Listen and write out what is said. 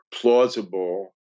plausible